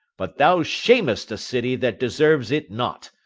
but thou shamest a city that deserves it not,